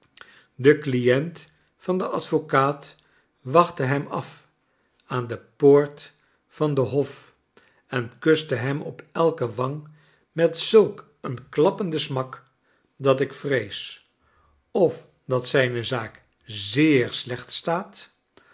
de client van den advocaat wachtte hem at aan de poort van den hof en kuste hem op elken wang met zulk een klappenden smak dat ik vrees of dat zijne zaak zeer slecht staat